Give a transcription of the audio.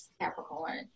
Capricorn